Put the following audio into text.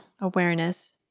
Awareness